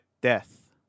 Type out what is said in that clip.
Death